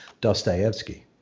Dostoevsky